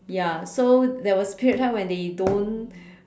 ya so there was a period of time where they don't